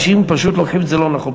אנשים פשוט לוקחים את זה לא נכון.